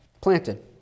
planted